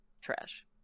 trash